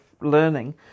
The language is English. learning